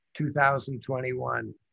2021